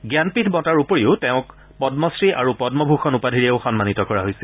জ্ঞানপীঠ বঁটাৰ উপৰিও তেওঁক প্মশ্ৰী আৰু প্মভূষণ উপাধিৰেও সন্মানিত কৰা হৈছিল